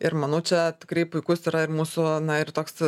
ir manau čia tikrai puikus yra ir mūsų na ir toks